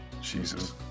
jesus